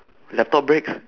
laptop breaks